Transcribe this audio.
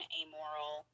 amoral